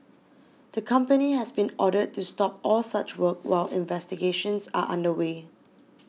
the company has been ordered to stop all such work while investigations are under way